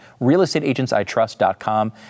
Realestateagentsitrust.com